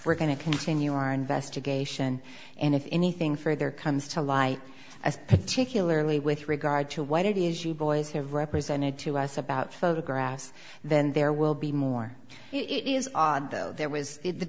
we're going to continue our investigation and if anything further comes to light as particularly with regard to what it is you boys have represented to us about photographs then there will be more it is odd though there was